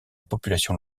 population